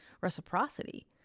reciprocity